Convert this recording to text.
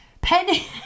Penny